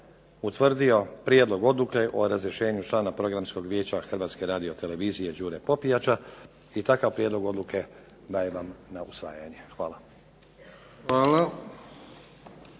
utvrdio Prijedlog odluke o razrješenju člana Programskog vijeća Hrvatske radiotelevizije Đure Popijača i takav prijedlog odluke daje vam na usvajanje. Hvala.